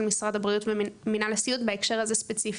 משרד הבריאות ומנהל הסיעוד בהקשר הזה ספציפי.